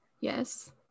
yes